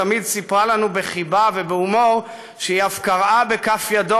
תמיד סיפרה לנו בחיבה ובהומור שהיא שקראה בכף ידו